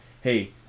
hey